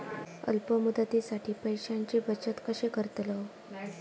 अल्प मुदतीसाठी पैशांची बचत कशी करतलव?